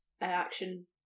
action